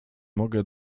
mogę